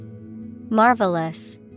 Marvelous